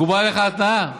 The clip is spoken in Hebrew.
מקובלת עליך ההתניה?